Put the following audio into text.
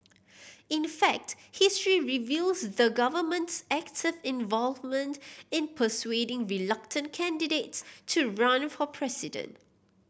in fact history reveals the government's active involvement in persuading reluctant candidates to run for president